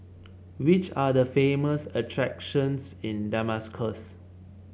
which are the famous attractions in Damascus